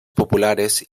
populares